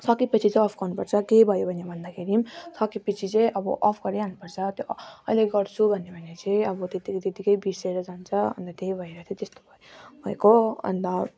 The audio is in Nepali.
सके पछि चाहिँ अफ् गर्नु पर्छ केही भयो भने भन्दाखेरि सके पछि चाहिँ अब अफ् गरिहाल्नु पर्छ त्यो अहिले गर्छु भन्यो भने चाहिँ अब त्यतिको त्यतिकै बिर्सेर जान्छ अन्त त्यही भएर त त्यस्तो भयो भएको अन्त